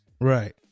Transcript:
Right